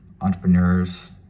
entrepreneurs